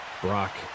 Brock